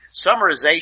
summarization